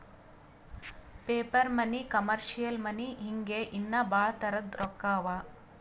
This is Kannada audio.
ಪೇಪರ್ ಮನಿ, ಕಮರ್ಷಿಯಲ್ ಮನಿ ಹಿಂಗೆ ಇನ್ನಾ ಭಾಳ್ ತರದ್ ರೊಕ್ಕಾ ಅವಾ